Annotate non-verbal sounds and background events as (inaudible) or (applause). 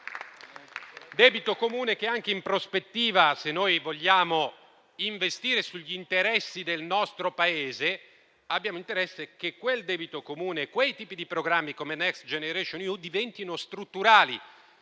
(applause) Anche in prospettiva, se noi vogliamo investire sugli interessi del nostro Paese, abbiamo interesse che quel debito comune e quei tipi di programmi, come Next generation EU, diventino strutturali.